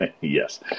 yes